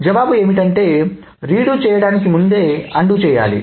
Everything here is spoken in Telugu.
జవాబు ఏంటంటే రీడు చేయడానికి ముందే అన్డు చేయాలి